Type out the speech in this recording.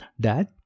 Dad